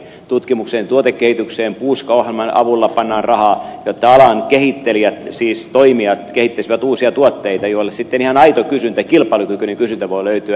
tutkimukseen tuotekehitykseen puuska ohjelman avulla pannaan rahaa jotta alan kehittelijät siis toimijat kehittäisivät uusia tuotteita joille sitten ihan aito kysyntä kilpailukykyinen kysyntä voi löytyä